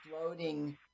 floating